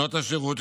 שנות השירות,